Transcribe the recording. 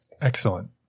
Excellent